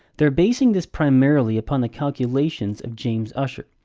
they're basing this primarily upon the calculations of james ussher.